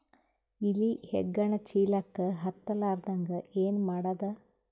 ಇಲಿ ಹೆಗ್ಗಣ ಚೀಲಕ್ಕ ಹತ್ತ ಲಾರದಂಗ ಏನ ಮಾಡದ?